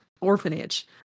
orphanage